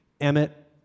Emmett